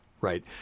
Right